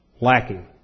lacking